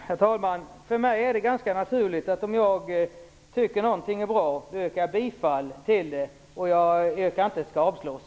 Herr talman! För mig är det ganska naturligt att yrka bifall om jag tycker att någonting är bra. Jag yrkar inte på att det skall avslås.